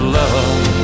love